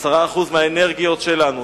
10% מהאנרגיות שלנו,